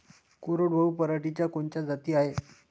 कोरडवाहू पराटीच्या कोनच्या जाती हाये?